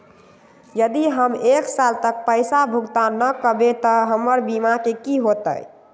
यदि हम एक साल तक पैसा भुगतान न कवै त हमर बीमा के की होतै?